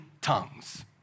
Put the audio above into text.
tongues